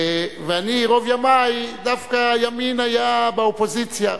ואני, רוב ימי, דווקא הימין היה באופוזיציה.